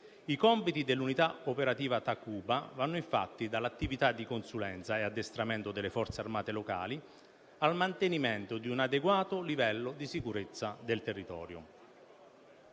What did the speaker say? I compiti dell'unità operativa Takuba vanno infatti dall'attività di consulenza e addestramento delle forze armate locali al mantenimento di un adeguato livello di sicurezza del territorio.